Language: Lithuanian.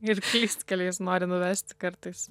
ir klystkeliais nori nuvesti kartais